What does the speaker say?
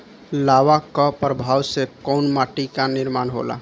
लावा क प्रवाह से कउना माटी क निर्माण होला?